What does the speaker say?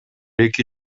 эки